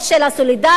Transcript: של הסולידריות,